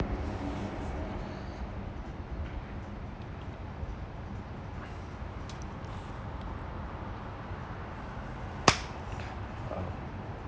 um